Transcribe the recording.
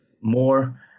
more